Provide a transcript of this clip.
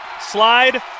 Slide